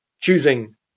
choosing